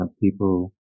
people